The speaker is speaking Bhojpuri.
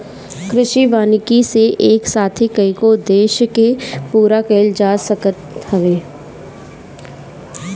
कृषि वानिकी से एक साथे कईगो उद्देश्य के पूरा कईल जा सकत हवे